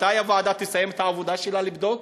מתי הוועדה תסיים את העבודה שלה, לבדוק?